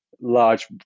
large